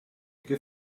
què